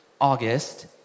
August